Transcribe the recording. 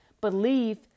Believe